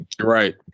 Right